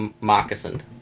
moccasined